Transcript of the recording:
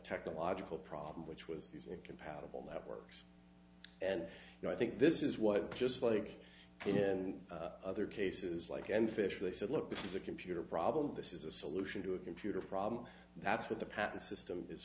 technological problem which was these incompatible networks and now i think this is what just like in other cases like and fish they said look this is a computer problem this is a solution to a computer problem that's what the patent system is